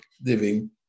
living